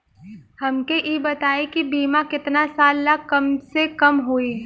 हमके ई बताई कि बीमा केतना साल ला कम से कम होई?